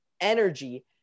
Energy